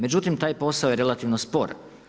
Međutim, taj posao j relativno spor.